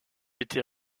était